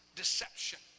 deception